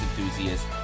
enthusiasts